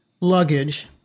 luggage